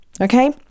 Okay